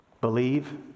believe